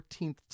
14th